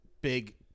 big